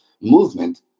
movement